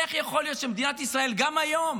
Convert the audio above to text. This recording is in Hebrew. איך יכול להיות שמדינת ישראל גם היום